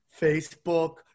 Facebook